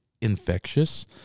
infectious